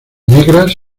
negras